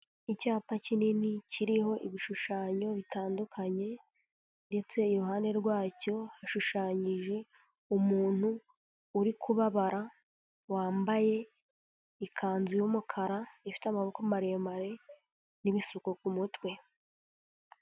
Icyapa kinini kiriho ibishushanyo bitandukanye, ndetse iruhande rwacyo hashushanyije umuntu uri kubabara, wambaye ikanzu y'umukara ifite amaboko maremare, n'ibisuko ku mutwe.